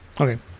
Okay